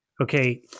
Okay